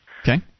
Okay